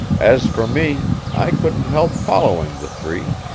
as for me, i couldn't help following the three,